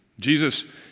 Jesus